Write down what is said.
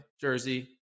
jersey